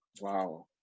Wow